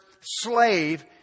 slave